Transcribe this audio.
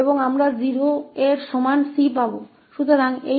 और हम 𝑐 को 0 के बराबर प्राप्त करेंगे